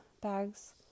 bags